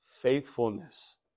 faithfulness